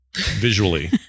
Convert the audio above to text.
visually